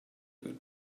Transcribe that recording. good